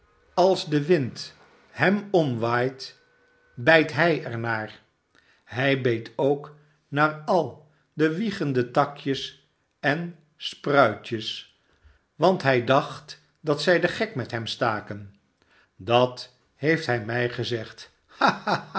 als de wind hem omwaait bijt hij er naar hij beet k naar al de wiegende takjes en spruitjes want hij dacht dat zij den gek met hem staken dat heeft hij mij gezegd